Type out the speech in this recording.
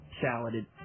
salad